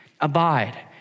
abide